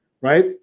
right